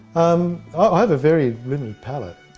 um ah have a very limited palette.